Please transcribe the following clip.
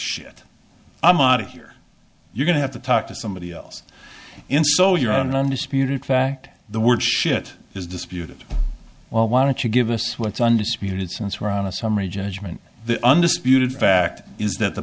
shit i'm audie here you're going to have to talk to somebody else in so you're an undisputed fact the word shit is disputed well why don't you give us what's undisputed since we're on a summary judgment the undisputed fact is that the